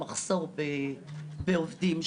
המחסור בעובדים,